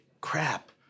Crap